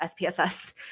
SPSS